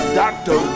doctor